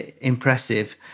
impressive